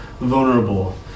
vulnerable